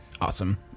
Awesome